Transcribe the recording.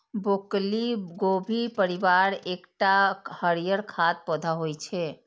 broccoli गोभी परिवार केर एकटा हरियर खाद्य पौधा होइ छै